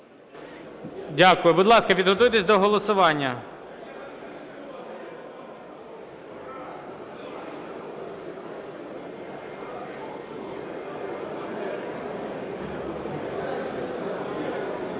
хвилинку. Будь ласка, підготуйтесь до голосування.